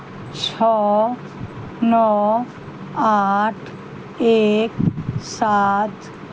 छओ नओ आठ एक सात